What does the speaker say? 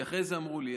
כי אחרי זה אמרו לי.